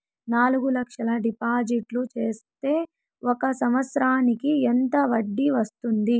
నాలుగు లక్షల డిపాజిట్లు సేస్తే ఒక సంవత్సరానికి ఎంత వడ్డీ వస్తుంది?